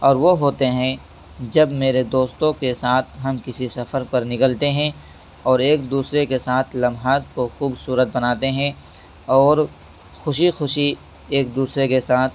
اور وہ ہوتے ہیں جب میرے دوستوں کے ساتھ ہم کسی سفر پر نکلتے ہیں اور ایک دوسرے کے ساتھ لمحات کو خوبصورت بناتے ہیں اور خوشی خوشی ایک دوسرے کے ساتھ